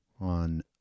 on